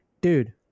dude